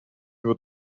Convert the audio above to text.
nur